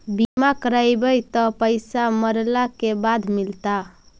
बिमा करैबैय त पैसा मरला के बाद मिलता?